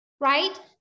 Right